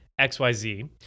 xyz